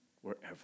wherever